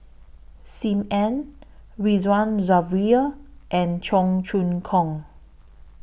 SIM Ann Ridzwan Dzafir and Cheong Choong Kong